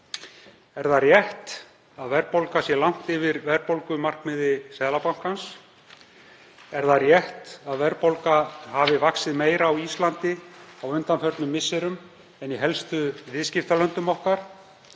Er það rétt að verðbólga sé langt yfir verðbólgumarkmiði Seðlabankans? Er það rétt að verðbólga hafi vaxið meira á Íslandi á undanförnum misserum en í helstu viðskiptalöndum okkar?